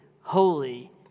holy